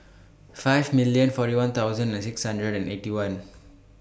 five million forty one thousand and six hundred and Eighty One